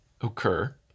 occur